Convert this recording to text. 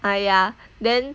ah ya then